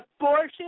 abortion